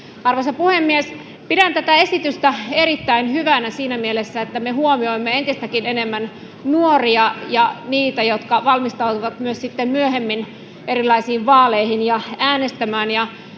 Arvoisa puhemies! Pidän tätä esitystä erittäin hyvänä siinä mielessä, että me huomioimme entistäkin enemmän nuoria, jotka valmistautuvat myös sitten myöhemmin erilaisiin vaaleihin ja äänestämään.